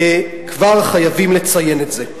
כבר חייבים לציין את זה.